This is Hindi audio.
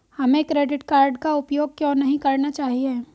हमें क्रेडिट कार्ड का उपयोग क्यों नहीं करना चाहिए?